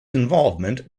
involvement